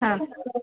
ಹಾಂ